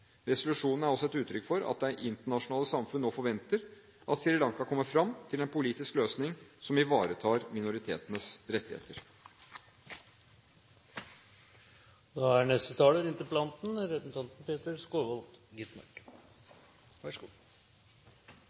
Resolusjonen er også et uttrykk for at det internasjonale samfunn nå forventer at Sri Lanka kommer fram til en politisk løsning som ivaretar minoritetenes rettigheter.